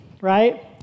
right